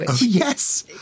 Yes